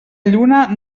lluna